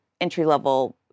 entry-level